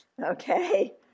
Okay